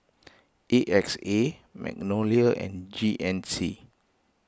A X A Magnolia and G N C